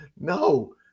no